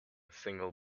single